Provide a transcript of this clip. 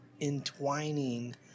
entwining